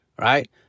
Right